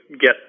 get